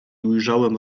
ujrzałem